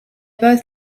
both